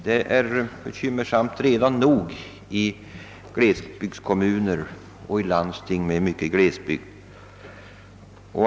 Det är redan nu bekymmersamt nog i glesbygdskommuner och i landsting med många glesbygder.